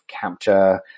capture